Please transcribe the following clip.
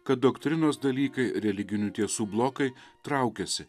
kad doktrinos dalykai religinių tiesų blokai traukiasi